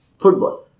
football